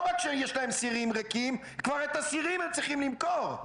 רק שיש להם סירים ריקים הם כבר צריכים למכור את הסירים.